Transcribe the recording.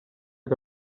que